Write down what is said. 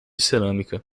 cerâmica